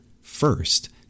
first